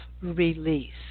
release